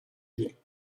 biens